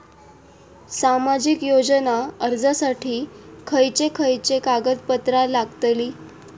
सामाजिक योजना अर्जासाठी खयचे खयचे कागदपत्रा लागतली?